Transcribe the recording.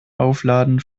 aufladen